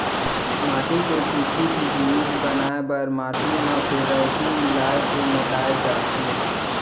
माटी के कुछु भी जिनिस बनाए बर माटी म पेरौंसी मिला के मताए जाथे